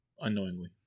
unknowingly